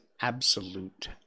absolute